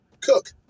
Cook